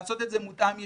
לעשות את זה מותאם יישובי,